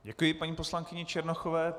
Děkuji paní poslankyni Černochové.